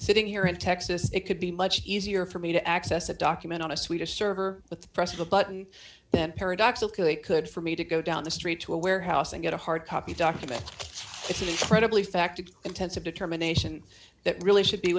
sitting here in texas it could be much easier for me to access a document on a swedish server with the press of a button then paradoxically it could for me to go down the street to a warehouse and get a hard copy document it's an incredibly effective intensive determination that really should be